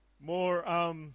more